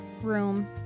room